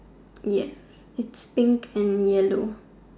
yes its pink and yellow